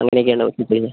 അങ്ങനെയൊക്കെയാണ്